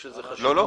לא.